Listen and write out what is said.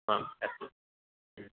आम् अस्तु